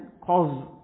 cause